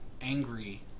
angry